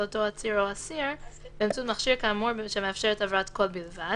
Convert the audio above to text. אותו עצור או אסיר [ באמצעות מכשיר כאמור שמאפשר העברת קול בלבד